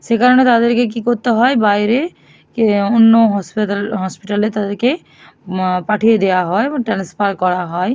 সেই কারণে তাদেরকে কী করতে হয় বাইরে কে অন্য হসপিটাল হসপিটালে তাদেরকে মা পাঠিয়ে দেওয়া হয় বা ট্রান্সফার করা হয়